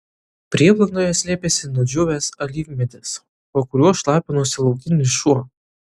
prieblandoje slėpėsi nudžiūvęs alyvmedis po kuriuo šlapinosi laukinis šuo